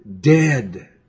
dead